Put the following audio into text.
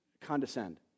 condescend